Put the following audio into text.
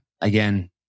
Again